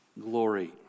glory